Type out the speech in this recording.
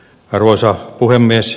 arvoisa puhemies